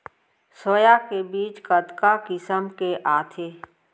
Soya के बीज कतका किसम के आथे?